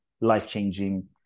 life-changing